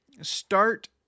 start